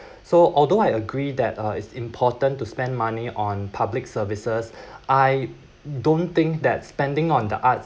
so although I agree that uh it's important to spend money on public services I don't think that spending on the arts